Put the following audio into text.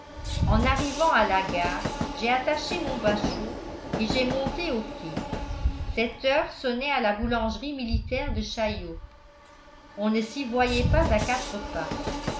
en arrivant à la gare j'ai attaché mon bachot et j'ai monté au quai sept heures sonnaient à la boulangerie militaire de chaillot on ne s'y voyait pas à quatre pas